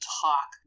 talk